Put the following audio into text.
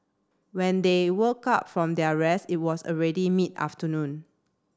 when they woke up from their rest it was already mid afternoon